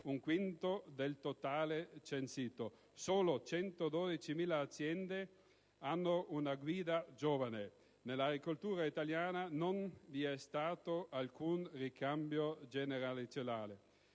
un quinto del totale censito. Solo 112.000 aziende hanno una guida giovane. Nell'agricoltura italiana non vi è stato alcun ricambio generazionale.